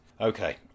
Okay